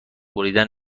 بریدن